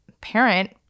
parent